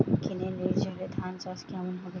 কেনেলের জলে ধানচাষ কেমন হবে?